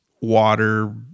water